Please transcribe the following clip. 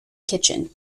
kitchen